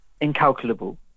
incalculable